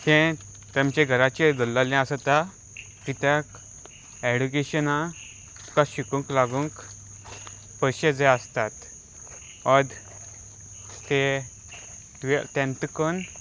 तें तांचे घराचेर गेल्लेलें आसा ता कित्याक एडुकेशना तुका शिकूंक लागूंक पयशे जे आसतात अर्द ते तुवें टँथ करून